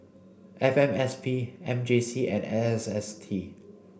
F M S P M J C and S S T